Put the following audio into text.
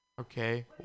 Okay